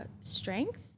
strength